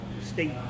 state